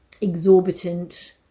exorbitant